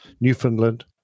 Newfoundland